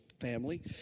family